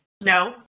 No